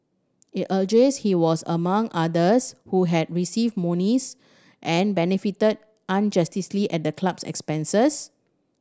it alleges he was among others who had received monies and benefited at the club's expense